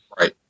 Right